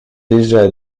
déjà